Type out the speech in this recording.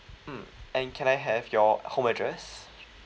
mm and can I have your home address